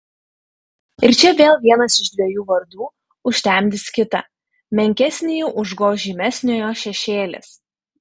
ir čia vėl vienas iš dviejų vardų užtemdys kitą menkesnįjį užgoš žymesniojo šešėlis